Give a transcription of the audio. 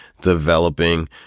developing